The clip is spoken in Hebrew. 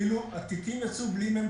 כאילו התיקים יצאו בלי ממצאים.